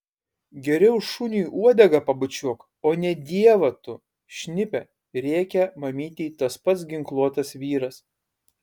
geriau šuniui uodegą pabučiuok o ne dievą tu šnipe rėkė mamytei tas pats ginkluotas vyras